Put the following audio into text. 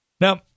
Now